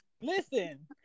Listen